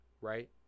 right